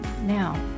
Now